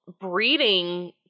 breeding